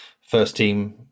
first-team